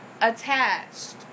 attached